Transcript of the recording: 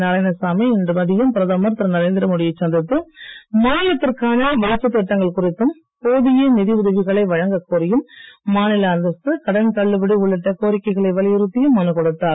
நாராயணசாமி இன்று மதியம் பிரதமர் திரு நரேந்திரமோடியை சந்தித்து மாநிலத்திற்கான வளர்ச்சித் திட்டங்கள் குறித்தும் போதிய நிதி உதவிகளை வழங்கக் கோரியும் மாநில அந்தஸ்து கடன் தள்ளுபடி உள்ளிட்ட கோரிக்கைகளை வலியுறுத்தியும் மனு கொடுத்தார்